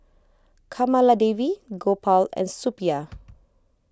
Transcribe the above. Kamaladevi Gopal and Suppiah